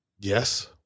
Yes